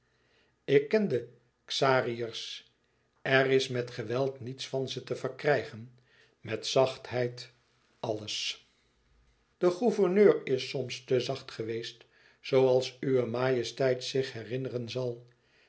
ik ken de xariërs er is met geweld niets van ze te verkrijgen met zachtheid alles de gouverneur is soms te zacht geweest zooals uwe majesteit zich herinneren zal